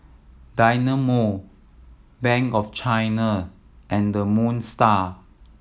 Dynamo Bank of China and the Moon Star